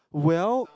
well